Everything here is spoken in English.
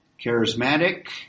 Charismatic